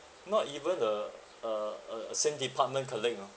not even a uh uh a same department colleague you know